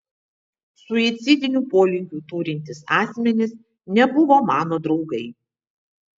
suicidinių polinkių turintys asmenys nebuvo mano draugai